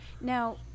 Now